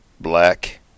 black